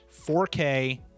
4k